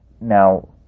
Now